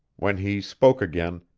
when he spoke again,